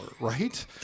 right